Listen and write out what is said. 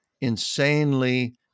insanely